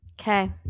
okay